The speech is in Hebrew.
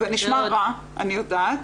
אני יודעת,